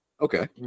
Okay